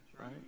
right